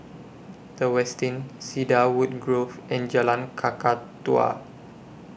The Westin Cedarwood Grove and Jalan Kakatua